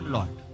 Lord